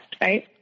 right